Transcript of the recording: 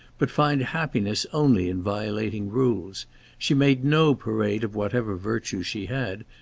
but find happiness only in violating rules she made no parade of whatever virtues she had,